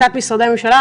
קצת משרדי ממשלה,